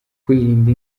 kwirinda